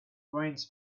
brains